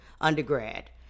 undergrad